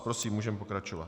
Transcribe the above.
Prosím, můžeme pokračovat.